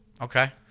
Okay